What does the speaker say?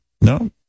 no